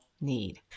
Need